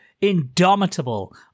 indomitable